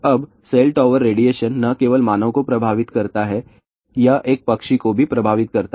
अब cell tower radiation न केवल मानव को प्रभावित करता है यह एक पक्षी को भी प्रभावित करता है